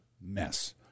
mess